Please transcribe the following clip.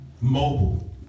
Mobile